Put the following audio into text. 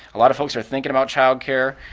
a lot of folks are thinking about childcare,